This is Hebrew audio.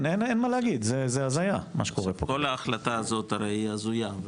כל ההחלטה הזאת הזויה.